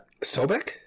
Sobek